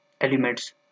elements